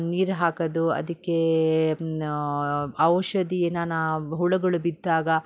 ನೀರು ಹಾಕೋದು ಅದಕ್ಕೆ ಔಷಧಿ ಏನಾರು ಹುಳಗಳು ಬಿದ್ದಾಗ